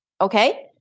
okay